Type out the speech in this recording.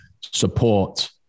support